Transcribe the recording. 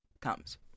comes